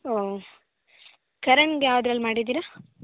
ಓಹ್ ಕರಣ್ಗೆ ಯಾವುದ್ರಲ್ಲಿ ಮಾಡಿದ್ದೀರಾ